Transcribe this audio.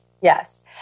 Yes